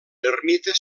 ermita